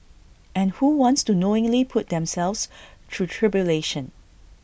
and who wants to knowingly put themselves through tribulation